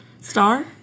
Star